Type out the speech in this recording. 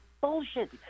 bullshit